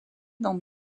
dans